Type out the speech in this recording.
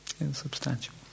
Insubstantial